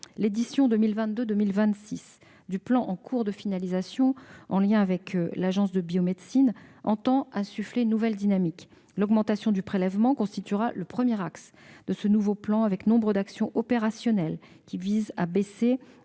L'édition 2022-2026 du plan en cours de finalisation en lien avec l'Agence de la biomédecine (ABM) entend insuffler une nouvelle dynamique. L'augmentation du prélèvement constituera le premier axe de ce nouveau plan, avec nombre d'actions opérationnelles visant à faire